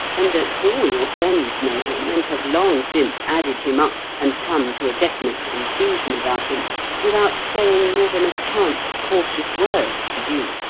and that all your friends know him and have long since added him up and come to a definite conclusion about him without saying more than a chance, cautious word to you